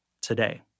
today